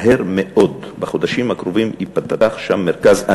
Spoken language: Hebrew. מהר מאוד, בחודשים הקרובים, ייפתח שם מרכז.